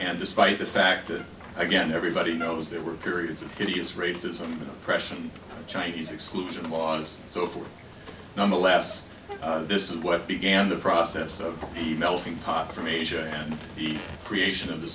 and despite the fact that again everybody knows there were periods and it is racism oppression chinese exclusion laws so forth nonetheless this is what began the process of the melting pot from asia and the creation of the